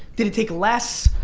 did it take less?